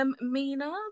mina